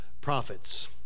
prophets